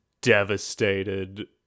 devastated